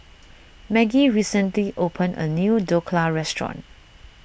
Maggie recently opened a new Dhokla restaurant